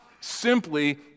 simply